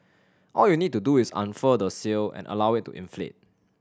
all you need to do is unfurl the sail and allow it to inflate